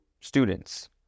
students